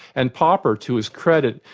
and popper to his credit,